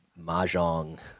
mahjong